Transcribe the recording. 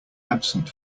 absent